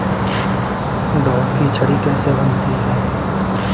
ढोल की छड़ी कैसे बनती है?